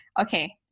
okay